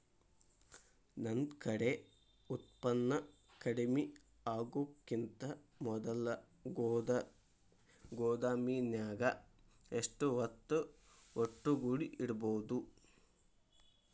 ನನ್ ಕಡೆ ಉತ್ಪನ್ನ ಕಡಿಮಿ ಆಗುಕಿಂತ ಮೊದಲ ಗೋದಾಮಿನ್ಯಾಗ ಎಷ್ಟ ಹೊತ್ತ ಒಟ್ಟುಗೂಡಿ ಇಡ್ಬೋದು?